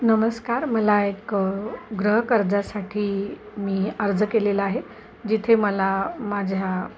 नमस्कार मला एक गृह कर्जासाठी मी अर्ज केलेला आहे जिथे मला माझ्या